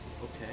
okay